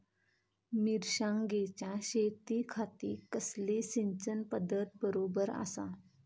मिर्षागेंच्या शेतीखाती कसली सिंचन पध्दत बरोबर आसा?